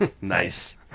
Nice